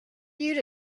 you